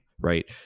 right